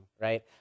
right